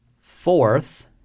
fourth